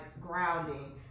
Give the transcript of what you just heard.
grounding